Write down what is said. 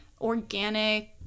organic